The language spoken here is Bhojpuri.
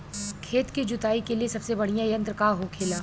खेत की जुताई के लिए सबसे बढ़ियां यंत्र का होखेला?